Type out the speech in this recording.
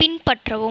பின்பற்றவும்